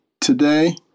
today